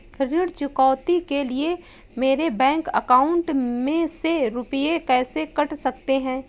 ऋण चुकौती के लिए मेरे बैंक अकाउंट में से रुपए कैसे कट सकते हैं?